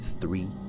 three